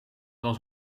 was